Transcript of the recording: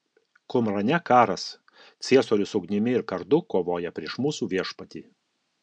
kumrane karas ciesorius ugnimi ir kardu kovoja prieš mūsų viešpatį